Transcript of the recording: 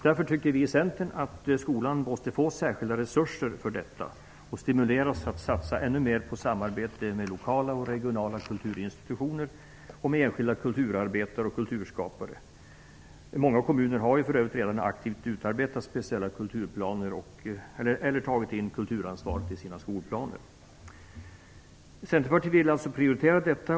Därför tycker vi i Centern att skolan måste få särskilda resurser för det här och stimuleras att satsa ännu mer på samarbete med lokala och regionala kulturinstitutioner och med enskilda kulturarbetare och kulturskapare. Många kommuner har för övrigt även aktivt utarbetat speciella kulturplaner eller tagit in kulturansvaret i sina skolplaner. Centerpartiet vill alltså prioritera detta.